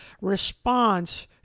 response